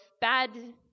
bad